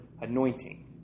anointing